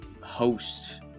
host